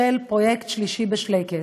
של פרויקט "שלישי בשלייקעס".